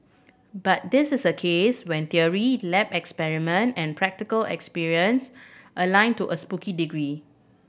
but this is a case when theory lab experiment and practical experience align to a spooky degree